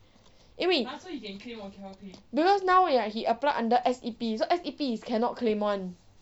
因为 because now ya he applied under S_E_P so S_E_P is cannot claim [one]